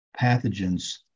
pathogens